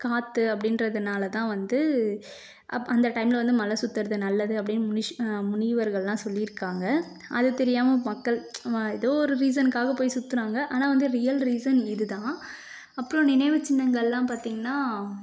காற்று அப்படின்றதுனால தான் வந்து அப் அந்த டைம்ல வந்து மலை சுற்றுறது நல்லது அப்படின்னு முனிஸ் முனிவர்கள்லெலாம் சொல்லியிருக்காங்க அது தெரியாமல் மக்கள் ஏதோ ஒரு ரீசனுக்காக போய் சுற்றுனாங்க ஆனால் வந்து ரியல் ரீசன் இது தான் அப்புறம் நினைவு சின்னங்கள்லெலாம் பார்த்திங்கன்னா